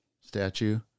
statue